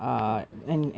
campus